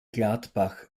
gladbach